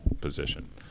position